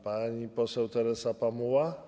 Pani poseł Teresa Pamuła.